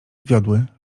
wiodły